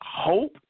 Hope